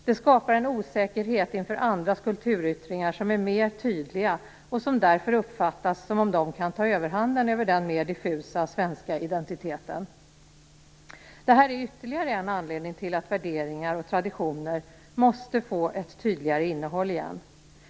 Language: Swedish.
Det skapar osäkerhet inför andras kulturyttringar som är mer tydliga och som därför uppfattas som om de kan ta överhanden över den mer diffusa svenska identiteten. Det här är ytterligare en anledning till att värderingar och traditioner måste få ett tydligare innehåll igen.